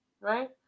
Right